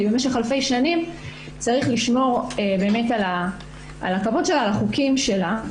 במשך אלפי שנים צריך לשמור באמת על התרבות שלה ועל החוקים שלה.